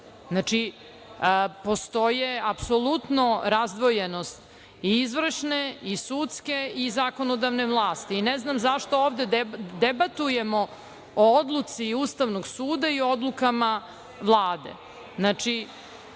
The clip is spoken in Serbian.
postoje apsolutna razdvojenost i izvršne i sudske i zakonodavne vlasti. Ne znam zašto ovde debatujemo o odluci Ustavnog suda i odlukama Vlade.